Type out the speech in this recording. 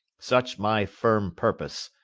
such my firm purpose,